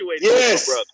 Yes